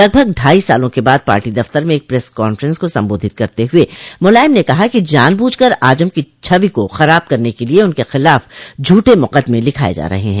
लगभग ढाई सालों के बाद पार्टी दफ्तर में एक प्रेस कांफ्रेंस का संबोधित करते हुए मुलायम ने कहा कि जानबूझ कर आजम की छवि को खराब करने के लिये उनके खिलाफ झूठे मुकदमे लिखाये जा रहे हैं